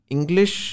English